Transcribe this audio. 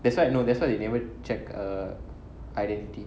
that's why I know that's why they never check err identity